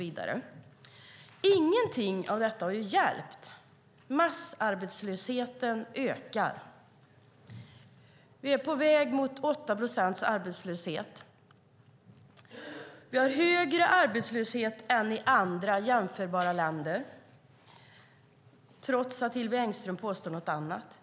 Ingenting av detta har hjälpt. Massarbetslösheten ökar. Vi är på väg mot 8 procents arbetslöshet. Sverige har högre arbetslöshet än andra jämförbara länder, trots att Hillevi Engström påstår något annat.